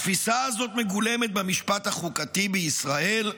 התפיסה הזאת מגולמת במשפט החוקתי בישראל בחוק-יסוד: